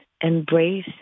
Embrace